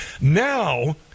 Now